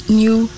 new